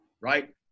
right